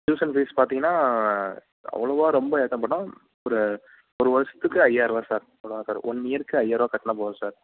tuition fees பார்த்திங்கன்னா அவ்வளோவா ரொம்ப ஏற்ற மாட்டோம் ஒரு வருஷத்துக்கு ஐயாயர ரூபா சார் அவ்வளோதான் சார் ஒன் இயருக்கு ஐயாயரா ரூபா கட்டினா போதும் சார்